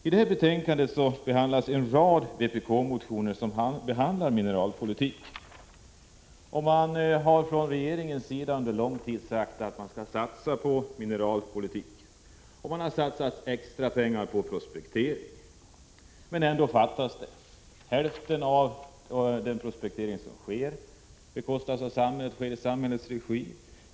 I detta betänkande behandlas en rad vpk-motioner som behandlar mineralpolitiken. Från regeringens sida har under lång tid sagts att man skall satsa på mineralpolitiken, och man har också satsat extra pengar på prospektering. Hälften av den prospektering som sker bekostas av samhället och sker i samhällets regi.